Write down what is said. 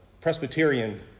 Presbyterian